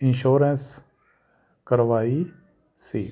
insurance ਕਰਵਾਈ ਸੀ